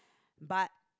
but